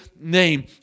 name